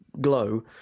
glow